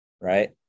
Right